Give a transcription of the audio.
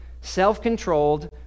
self-controlled